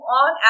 on